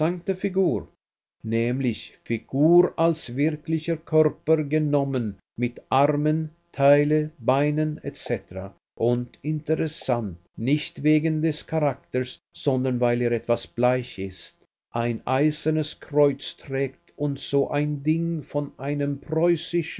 figur nämlich figur als wirklicher körper genommen mit armen taille beinen c und interessant nicht wegen des charakters sondern weil er etwas bleich ist ein eisernes kreuz trägt und so ein ding von einem preußischen